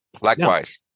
Likewise